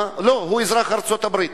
לא, הוא אזרח ארצות-הברית.